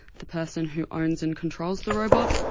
the person who owns and controls the robot,